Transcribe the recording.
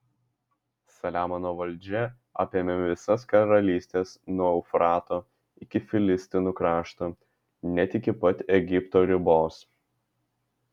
saliamono valdžia apėmė visas karalystes nuo eufrato iki filistinų krašto net iki pat egipto ribos